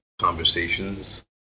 conversations